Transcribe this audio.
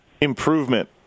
improvement